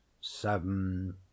SEVEN